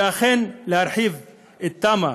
אכן להרחיב את תמ"א,